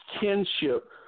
kinship